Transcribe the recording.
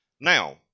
Now